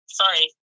sorry